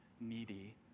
needy